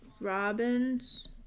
Robins